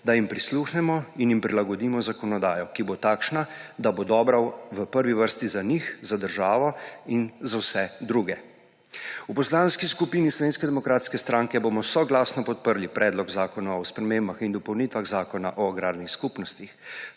da jim prisluhnemo in jim prilagodimo zakonodajo, ki bo takšna, da bo dobra v prvi vrsti za njih, za državo in za vse druge. V Poslanski skupini Slovenske demokratske stranke bomo soglasno podprli Predlog zakona o spremembah in dopolnitvah Zakona o agrarnih skupnostih.